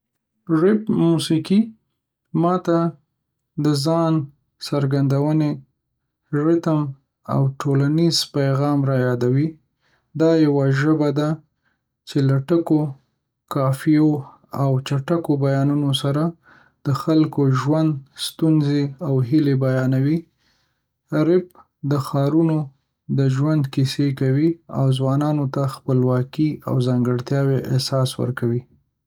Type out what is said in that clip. رپ موسیقي ما ته د ځان څرګندونې، ریتم، او ټولنیز پیغام رايادوي. دا یوه ژبه ده چې له ټکو، قافیو، او چټکو بیانو سره د خلکو ژوند، ستونزې، او هیلې بیانوي. رپ د ښارونو د ژوند کیسې کوي او ځوانانو ته د خپلواکۍ او ځانگړتیا احساس ورکوي.